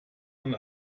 und